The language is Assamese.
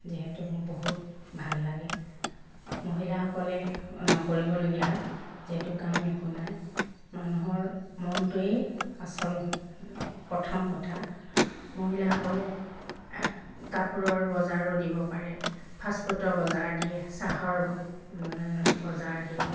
যিহেতু মোৰ বহুত ভাল লাগে মহিলাসকলে নকৰিবলগীয়া যিহেতু কাম একো নাই মানুহৰ মনটোৱেই আচল প্ৰথম কথা মহিলাসকলে কাপোৰৰ বজাৰো দিব পাৰে ফাষ্ট ফুডৰ বজাৰ দিয়ে চাহৰ বজাৰ দিয়ে